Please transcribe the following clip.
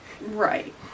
Right